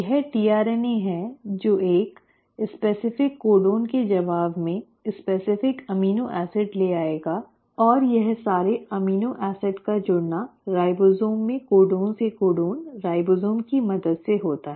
यह tRNA है जो एक विशिष्ट कोडोन के जवाब में विशिष्ट अमीनो एसिड ले आएगा और यह सारे अमीनो एसिड का जुड़ना राइबोसोम में कोडोन से कोडोन राइबोसोम की मदद से होता है